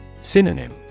Synonym